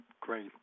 Great